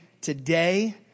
today